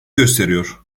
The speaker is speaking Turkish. gösteriyor